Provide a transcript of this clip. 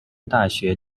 大学